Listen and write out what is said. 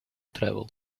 travel